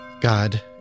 God